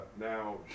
now